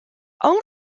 only